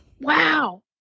wow